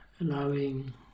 allowing